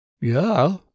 Yeah